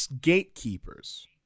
gatekeepers